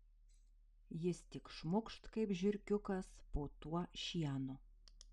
jis tik šmukšt kaip žiurkiukas po tuo šienu